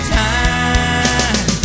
time